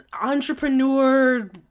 entrepreneur